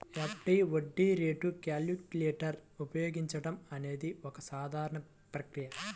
FD వడ్డీ rate calculator ఉపయోగించడం అనేది ఒక సాధారణ ప్రక్రియ